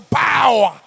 power